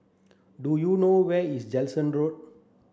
do you know where is Jansen Road